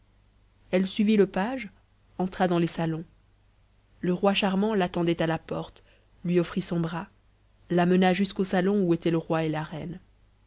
elle suivit le page entra dans les salons le roi charmant l'attendait à la porte lui offrit son bras la mena jusqu'au salon où étaient le roi et la reine